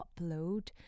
upload